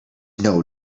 know